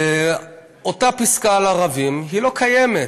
אותה פסקה על הערבים, היא לא קיימת.